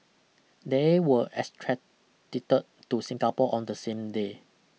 they were extradited to Singapore on the same day